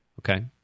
Okay